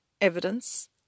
evidence